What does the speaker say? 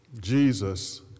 Jesus